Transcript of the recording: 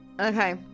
Okay